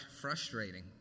frustrating